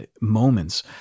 moments